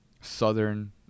Southern